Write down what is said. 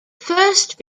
first